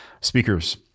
speakers